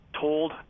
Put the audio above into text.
told